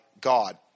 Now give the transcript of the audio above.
God